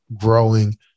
growing